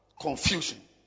Confusion